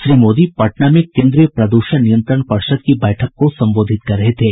श्री मोदी पटना में केंद्रीय प्रद्रषण नियंत्रण पर्षद की बैठक को संबोधित कर रहे थे